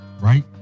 right